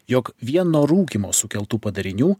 jog vien nuo rūkymo sukeltų padarinių